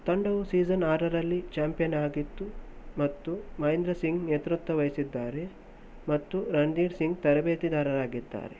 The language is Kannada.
ತಂಡವು ಸೀಸನ್ ಆರರಲ್ಲಿ ಚಾಂಪಿಯನ್ ಆಗಿತ್ತು ಮತ್ತು ಮಹೇಂದ್ರ ಸಿಂಗ್ ನೇತೃತ್ವ ವಹಿಸಿದ್ದಾರೆ ಮತ್ತು ರಣಧೀರ್ ಸಿಂಗ್ ತರಬೇತುದಾರರಾಗಿದ್ದಾರೆ